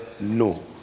No